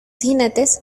jinetes